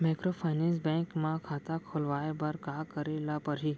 Microfinance bank म खाता खोलवाय बर का करे ल परही?